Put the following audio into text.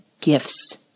gifts